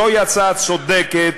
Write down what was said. זוהי הצעה צודקת,